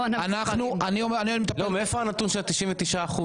מאיפה הנתון של 99%?